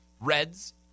Reds